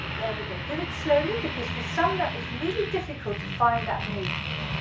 there we go, do it slowly because for some that is really difficult to find that movement,